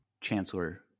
Chancellor